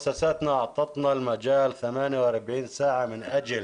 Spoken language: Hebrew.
המוסדות שלנו נתנו לנו שהות של 48 שעות לנסות לשמור